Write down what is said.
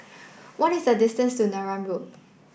what is the distance to Neram Road